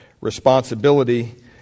responsibility